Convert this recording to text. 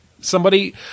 Somebody-